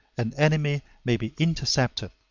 an enemy may be intercepted,